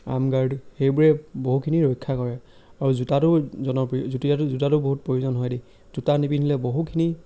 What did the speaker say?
arm guard সেইখিনিয়ে বহুতখিনি ৰক্ষা কৰে আৰু জোতাটো জনপ্ৰিয় জোতাটো বহুত প্ৰয়োজন হয় দেই জোতা নিপিন্ধিলে বহুখিনি